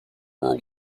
war